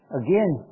again